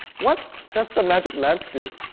what does the magic lamp do?